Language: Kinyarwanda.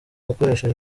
akoresheje